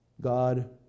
God